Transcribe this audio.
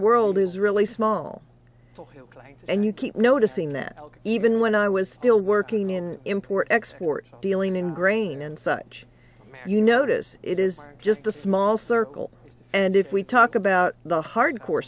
world is really small and you keep noticing that even when i was still working in import export dealing in grain and such you notice it is just a small circle and if we talk about the hard core